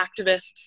activists